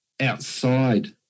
outside